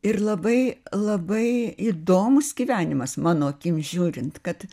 ir labai labai įdomus gyvenimas mano akim žiūrint kad